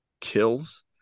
kills